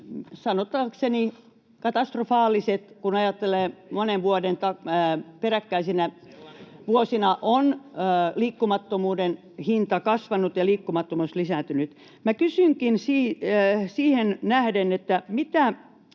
Sellainen kunnianpalautus!] kun ajattelee, että monena peräkkäisenä vuotena on liikkumattomuuden hinta kasvanut ja liikkumattomuus lisääntynyt. Minä kysynkin siihen nähden: miten